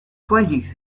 poilues